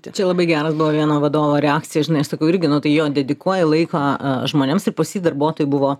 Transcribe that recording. tai čia labai geras buvo vieno vadovo reakcija žinai aš sakau irgi nu tai jo dedikuoji laiką žmonėms ir pas jį darbuotojų buvo